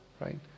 Right